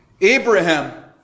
Abraham